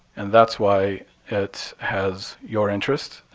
and that's why it has your interest,